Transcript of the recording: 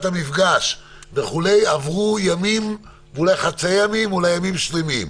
המפגש וכו' עברו חצאי ימים ואולי ימים שלמים.